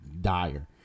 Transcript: dire